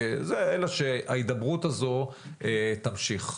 אלא שההידברות הזו תמשיך.